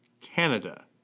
Canada